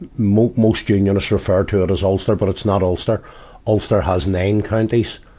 most most unionists refer to it as ulster, but it's not ulster. ulster has nine counties,